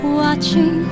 watching